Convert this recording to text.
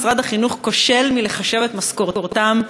משרד החינוך כושל בלחשב את משכורתם,